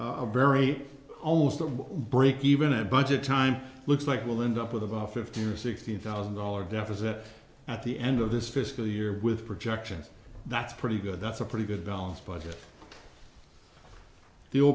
a very almost a break even a bunch of time looks like we'll end up with about fifteen or sixteen thousand dollar deficit at the end of this fiscal year with projections that's pretty good that's a pretty good balanced budget